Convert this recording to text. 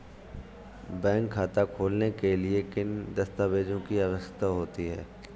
Bank खाता खोलने के लिए किन दस्तावेजों की आवश्यकता होती है?